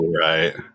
right